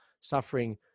suffering